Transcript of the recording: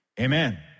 Amen